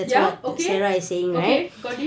ya okay okay got it